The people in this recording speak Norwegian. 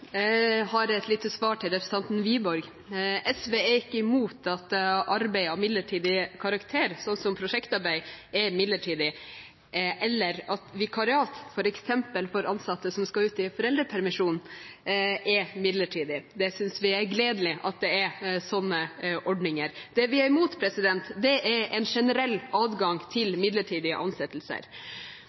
Jeg har et lite svar til representanten Wiborg. SV er ikke imot at arbeid er av midlertidig karakter, som at prosjektarbeid er midlertidig, eller at vikariat, f.eks. for ansatte som skal ut i foreldrepermisjon, er midlertidig. Vi synes det er gledelig at det er sånne ordninger. Det vi er imot, er en generell adgang til midlertidige ansettelser.